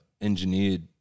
engineered